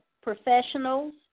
professionals